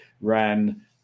ran